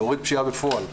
להוריד פשיעה בפועל.